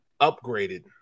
upgraded